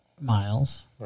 miles